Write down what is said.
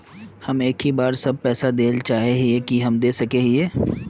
हम एक ही बार सब पैसा देल चाहे हिये की हम दे सके हीये?